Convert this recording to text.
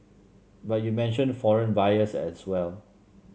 but you mentioned foreign buyers as well